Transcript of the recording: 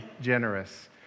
generous